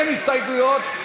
אין הסתייגויות,